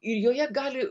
ir joje gali